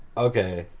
okay,